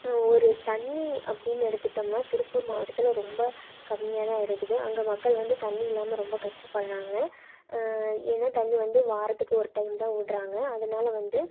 ஒரு தண்ணி அப்படின்னு எடுத்துகிட்டோம்னா திருப்பூர் மாவட்டத்தில் ரொம்ப கம்மியாகதான் இருக்குது அங்கே மக்கள் வந்து தண்ணி இல்லாமல் ரொம்ப கஷ்டப்பட்றாங்க ஏன்னால் தண்ணி வந்து வாரத்துக்கு ஒரு டைம் தான் விட்றாங்க அதனால வந்து